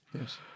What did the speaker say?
Yes